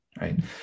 Right